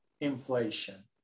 inflation